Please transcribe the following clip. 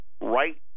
right